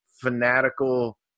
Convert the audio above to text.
fanatical